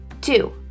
Two